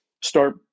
start